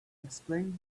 explained